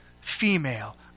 female